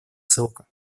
ссылка